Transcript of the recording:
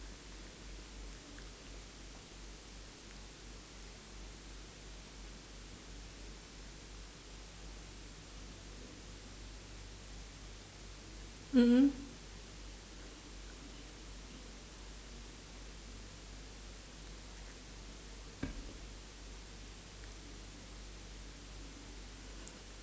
mm mm